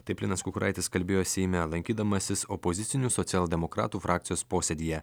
taip linas kukuraitis kalbėjo seime lankydamasis opozicinių socialdemokratų frakcijos posėdyje